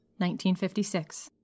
1956